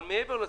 אבל מעבר לזה,